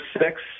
six